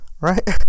right